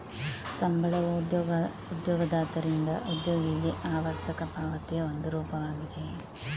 ಸಂಬಳವು ಉದ್ಯೋಗದಾತರಿಂದ ಉದ್ಯೋಗಿಗೆ ಆವರ್ತಕ ಪಾವತಿಯ ಒಂದು ರೂಪವಾಗಿದೆ